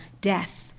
death